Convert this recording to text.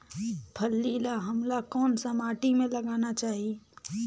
फल्ली ल हमला कौन सा माटी मे लगाना चाही?